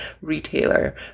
retailer